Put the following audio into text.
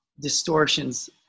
distortions